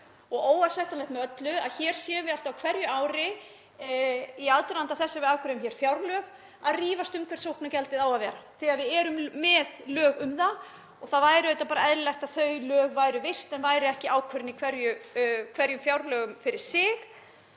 og óásættanlegt með öllu að hér séum við alltaf á hverju ári í aðdraganda þess að við afgreiðum fjárlög að rífast um hvert sóknargjaldið eigi að vera þegar við erum með lög um það. Það væri auðvitað eðlilegt að þau lög væru virt og þetta væri ekki ákvörðun í hverjum fjárlögum fyrir sig.